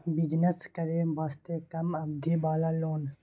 Business करे वास्ते कम अवधि वाला लोन?